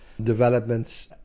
developments